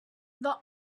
the